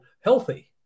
healthy